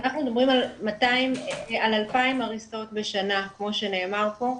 אנחנו מדברים על 2,000 הריסות בשנה כמו שנאמר פה,